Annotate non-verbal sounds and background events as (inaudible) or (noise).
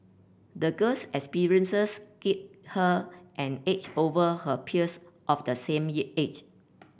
the girl's experiences gave her an edge over her peers of the same (unintelligible) age